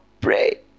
pray